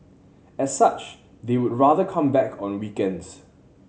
as such they would rather come back on weekends